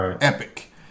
epic